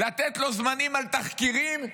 לתת לו זמנים על תחקירים,